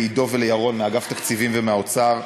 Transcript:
לעידו ולירון מאגף תקציבים באוצר,